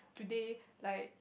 they like